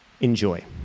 enjoy